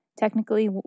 technically